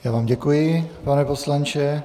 Já vám děkuji, pane poslanče.